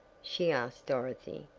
she asked dorothy.